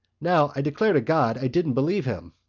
now, i declare to god i didn't believe him.